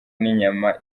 n’inyama